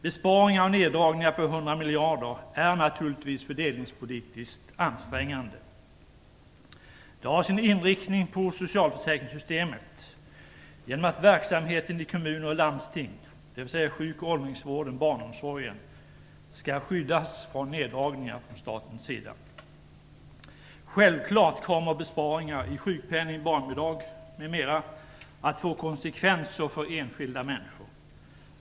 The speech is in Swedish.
Besparingar och neddragningar på 100 miljarder är naturligtvis fördelningspolitiskt ansträngande. De har sin inriktning på socialförsäkringssystemet genom att verksamheten i kommuner och landsting, dvs. sjuk och åldringsvården och barnomsorgen, skall skyddas från neddragningar från statens sida. Självfallet kommer besparingar när det gäller sjukpenning och barnbidrag m.m. att få konsekvenser för enskilda människor.